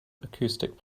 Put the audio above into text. acoustic